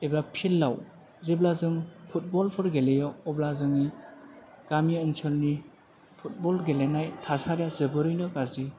एबा फिल्द आव जेब्ला जों फुटबल फोर गेलेयो अब्ला जोंनि गामि ओनसोलनि फुटबल गेलेनाय थासारिया जोबोरैनो गाज्रि